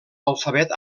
alfabet